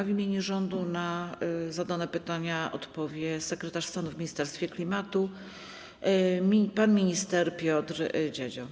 W imieniu rządu na zadane pytania odpowie sekretarz stanu w Ministerstwie Klimatu pan minister Piotr Dziadzio.